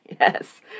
Yes